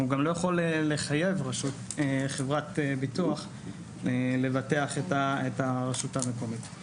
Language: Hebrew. הוא גם לא יכול לחייב חברת ביטוח לבטח את הרשות המקומית.